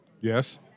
Yes